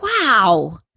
Wow